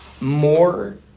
more